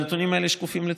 הנתונים האלה שקופים לציבור.